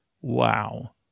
Wow